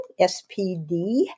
spd